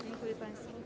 Dziękuję państwu.